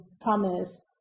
promise